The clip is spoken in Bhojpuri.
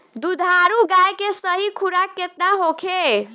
दुधारू गाय के सही खुराक केतना होखे?